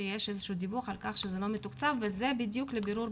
שיש איזה שהוא דיווח שזה לא מתוקצב וזה בדיוק לבירור,